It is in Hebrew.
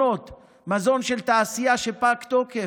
מזון של מלונות, מזון של תעשייה שפג תוקף,